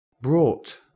brought